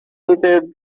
knitted